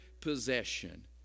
possession